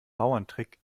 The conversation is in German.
bauerntrick